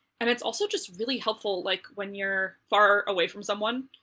and it's also just really helpful, like, when you're far away from someone.